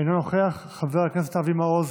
אינו נוכח, חבר הכנסת אבי מעוז,